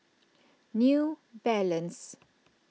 New Balance